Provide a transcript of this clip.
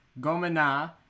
Gomena